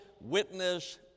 witness